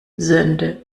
sende